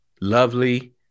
lovely